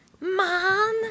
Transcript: Man